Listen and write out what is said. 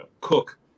cook